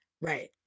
Right